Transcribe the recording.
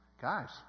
Guys